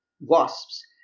wasps